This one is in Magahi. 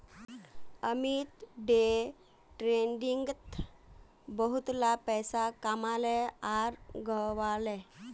अमित डे ट्रेडिंगत बहुतला पैसा कमाले आर गंवाले